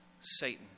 Satan